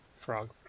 frog